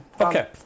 Okay